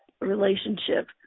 relationship